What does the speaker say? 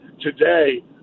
today